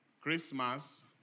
Christmas